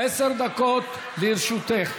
עשר דקות לרשותך.